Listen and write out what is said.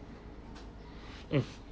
mm